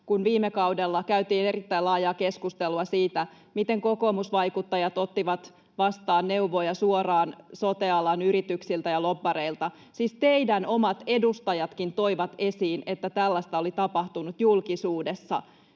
kun viime kaudella käytiin erittäin laajaa keskustelua siitä, miten kokoomusvaikuttajat ottivat vastaan neuvoja suoraan sote-alan yrityksiltä ja lobbareilta. Siis teidän omat edustajannekin toivat julkisuudessa esiin, että tällaista oli tapahtunut. Hallitus,